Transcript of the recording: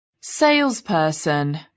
salesperson